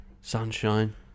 Sunshine